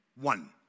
one